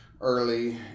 early